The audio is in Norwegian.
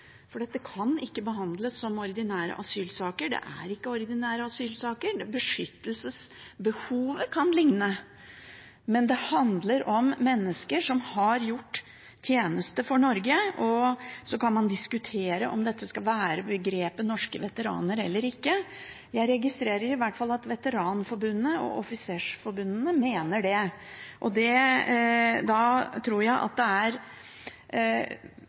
for dette kan ikke behandles som ordinære asylsaker. Det er ikke ordinære asylsaker. Beskyttelsesbehovet kan ligne, men det handler om mennesker som har gjort tjeneste for Norge. Så kan man diskutere om man skal bruke begrepet «norske veteraner» eller ikke. Jeg registrerer i hvert fall at Veteranforbundet og offisersforbundene mener det. Da tror jeg at det er